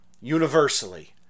universally